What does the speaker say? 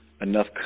enough